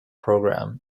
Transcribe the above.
program